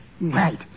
Right